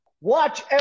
Watch